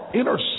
inner